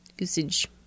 usage